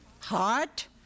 Heart